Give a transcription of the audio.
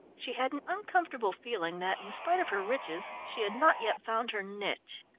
she had an uncomfortable feeling that, in spite of her riches, she had not yet found her niche.